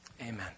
Amen